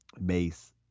Mace